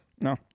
No